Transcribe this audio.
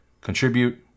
contribute